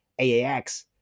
AAX